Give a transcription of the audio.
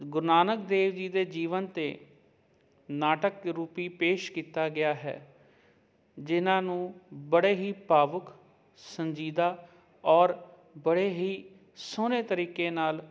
ਗੁਰੂ ਨਾਨਕ ਦੇਵ ਜੀ ਦੇ ਜੀਵਨ 'ਤੇ ਨਾਟਕ ਰੂਪੀ ਪੇਸ਼ ਕੀਤਾ ਗਿਆ ਹੈ ਜਿਹਨਾਂ ਨੂੰ ਬੜੇ ਹੀ ਭਾਵਕ ਸੰਜੀਦਾ ਔਰ ਬੜੇ ਹੀ ਸੋਹਣੇ ਤਰੀਕੇ ਨਾਲ